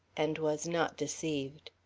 and was not deceived.